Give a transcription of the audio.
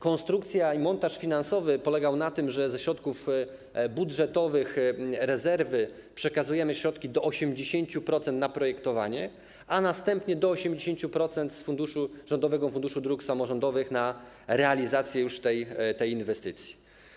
Konstrukcja i montaż finansowy polegają na tym, że ze środków budżetowych rezerwy przekazujemy środki do 80% na projektowanie, a następnie do 80% z rządowego Funduszu Dróg Samorządowych już na realizację tej inwestycji.